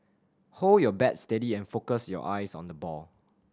hold your bat steady and focus your eyes on the ball